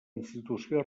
institució